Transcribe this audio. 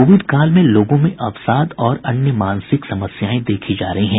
Covid काल में लोगों में अवसाद और अन्य मानसिक समस्याएं देखी जा रही हैं